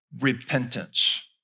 repentance